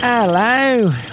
Hello